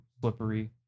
slippery